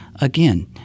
Again